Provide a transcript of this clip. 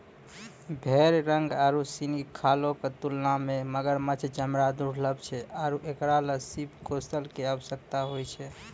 भेड़ रंग आरु सिनी खालो क तुलना म मगरमच्छ चमड़ा दुर्लभ छै आरु एकरा ल शिल्प कौशल कॅ आवश्यकता होय छै